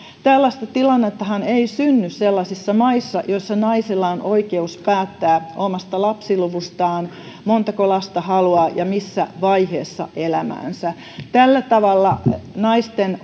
tällaista tilannettahan ei synny sellaisissa maissa joissa naisilla on oikeus päättää omasta lapsiluvustaan montako lasta haluaa ja missä vaiheessa elämäänsä tällä tavalla naisten